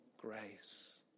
grace